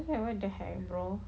what the heck bro